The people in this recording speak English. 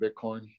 Bitcoin